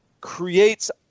creates